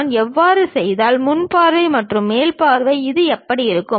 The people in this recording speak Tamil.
நான் அவ்வாறு செய்தால் முன் பார்வை மற்றும் மேல் பார்வையில் இது எப்படி இருக்கும்